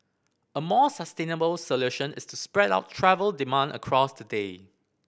a more sustainable solution is to spread out travel demand across the day